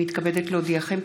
הינני מתכבדת להודיעכם,